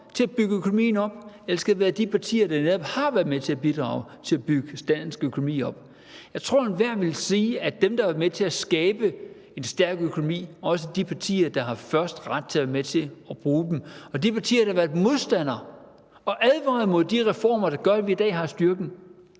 til at bygge økonomien op? Eller skal det være de partier, der netop har været med til at bidrage til at bygge dansk økonomi op? Jeg tror, at enhver vil sige, at dem, der har været med til at skabe en stærk økonomi, også er de partier, der først har ret til at være med til at bruge dem. Og med hensyn til de partier, der har været modstandere og advaret mod de reformer, der gør, at vi i dag har styrken,